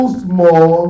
small